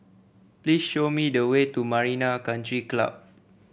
please show me the way to Marina Country Club